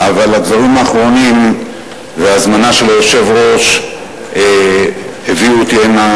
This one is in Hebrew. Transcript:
אבל הדברים האחרונים וההזמנה של היושב-ראש הביאו אותי הנה